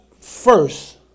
first